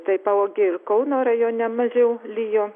tai pavogė ir kauno rajone mažiau lijo